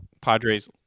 Padres